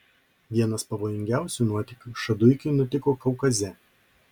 vienas pavojingiausių nuotykių šaduikiui nutiko kaukaze